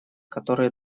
которые